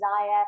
desire